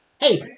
hey